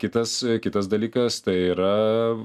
kitas kitas dalykas tai yra